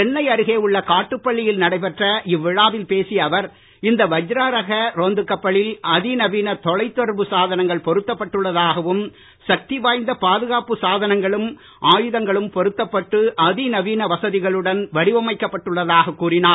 சென்னை அருகே உள்ள காட்டுப்பள்ளியில் நடைபெற்ற இவ்விழாவில் பேசிய அவர் இந்த வஜ்ரா ரக ரோந்துக் கப்பலில் அதிநவீன தொலைதொடர்பு சாதனங்கள் பொருத்தப்பட்டுள்ளதாகவும் சக்தி வாய்ந்த பாதுகாப்பு சாதனங்களும் ஆயுதங்களும் பொருத்தப்பட்டு அதிநவீன வசதிகளுடன் வடிவமைக்கப்பட்டுள்ளதாக கூறினார்